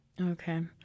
Okay